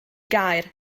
gair